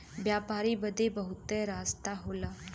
व्यापारी बदे बहुते रस्ता होला